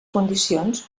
condicions